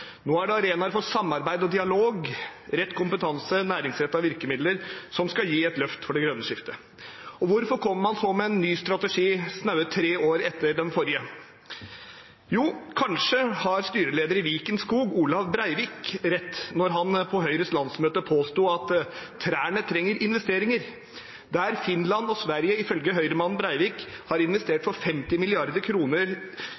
Nå er det arenaer for samarbeid og dialog, rett kompetanse og næringsrettede virkemidler som skal gi et løft for det grønne skiftet. Hvorfor kommer man så med en ny strategi snaue tre år etter den forrige? Jo, kanskje hadde styreleder Olav Breivik i Viken Skog rett da han på Høyres landsmøte påsto at trærne trengte investeringer. Der Finland og Sverige ifølge Høyre-mannen Breivik har